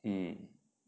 hmm